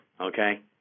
okay